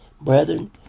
Brethren